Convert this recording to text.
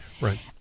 right